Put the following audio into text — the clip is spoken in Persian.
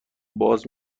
باز